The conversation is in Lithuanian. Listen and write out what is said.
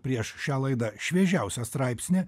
prieš šią laidą šviežiausią straipsnį